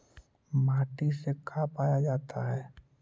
माटी से का पाया जाता है?